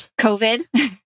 COVID